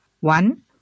One